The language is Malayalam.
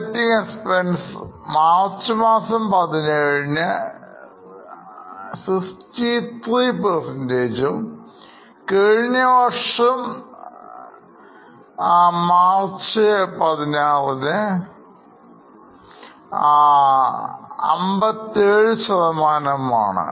Operating expenses മാർച്ച് മാസം 17ന് 63 ശതമാനവും കഴിഞ്ഞവർഷം മാസം 16ന് 57 ശതമാനവുംആണ്